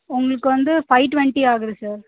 உங்களுக்கு வந்து five twenty ஆகுது சார்